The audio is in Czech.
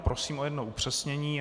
Prosím o jedno upřesnění.